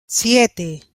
siete